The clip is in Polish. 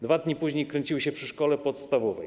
2 dni później kręciły się przy szkole podstawowej.